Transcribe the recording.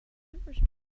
temperature